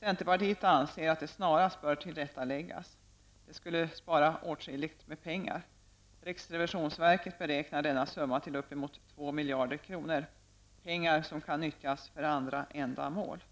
Centerpartiet anser att det snarast bör tillrättaläggas. Det skulle spara åtskilligt med pengar. Riksrevisionsverket beräknar denna summa till upp emot 2 miljarder kronor, pengar som kan nyttjas för andra ändamål.